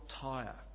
tire